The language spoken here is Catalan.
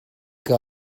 que